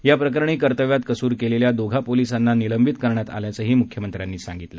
याप्रकरणी कर्तव्यात कसूर केलेल्या दोघा पोलिसांना निलंबित करण्यात आल्याचंही मुख्यमंत्री म्हणाले